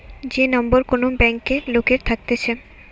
যে নম্বর কোন ব্যাংকে লোকের থাকতেছে